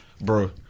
bro